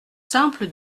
simple